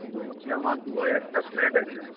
বলছি আমার দুবাইয়ে একটা ফ্ল্যাট আছে